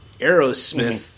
Aerosmith